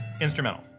instrumental